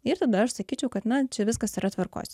ir tada aš sakyčiau kad na čia viskas yra tvarkoj